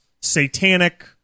satanic